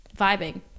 vibing